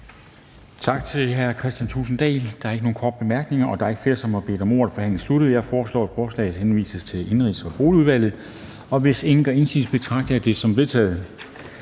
Tak til hr. Kristian Thulesen Dahl. Der er ikke nogen korte bemærkninger. Der er ikke flere, som har bedt om ordet, og forhandlingen er sluttet. Jeg foreslår, at forslaget henvises til Indenrigs- og Boligudvalget. Hvis ingen gør indsigelse, betragter jeg det som vedtaget.